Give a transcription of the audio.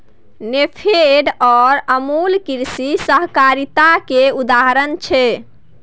नेफेड आर अमुल कृषि सहकारिता केर उदाहरण छै